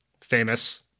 famous